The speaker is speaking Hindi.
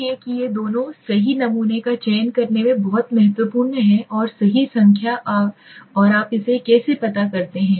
इसलिए कि ये दोनों सही नमूने का चयन करने में बहुत महत्वपूर्ण हैं और सही संख्या और आप इसे कैसे करते हैं